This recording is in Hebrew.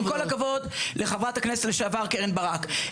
עם כל הכבוד לחברת הכנסת לשעבר קרן ברק,